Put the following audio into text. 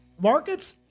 markets